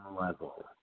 level